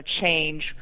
change